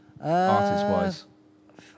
artist-wise